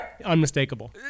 unmistakable